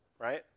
right